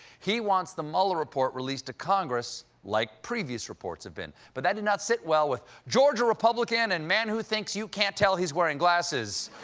he wants the mueller report released to congress, like previous reports have been. but that didn't sit well with georgia republican and man who thinks you can't tell he's wearing glasses,